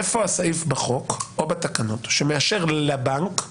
איפה הסעיף בחוק, או בתקנות, שמאשר לבנק להעביר,